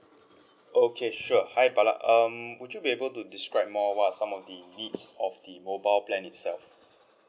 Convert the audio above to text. okay sure hi bala um would you be able to describe more what some of the needs of the mobile plan itself